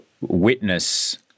witness